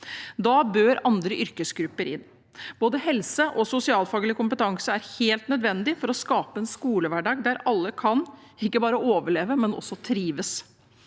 Da bør andre yrkesgrupper inn. Både helse- og sosialfaglig kompetanse er helt nødvendig for å skape en skolehverdag der alle kan ikke bare overleve, men også trives.